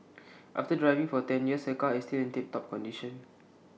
after driving for ten years her car is still in tiptop condition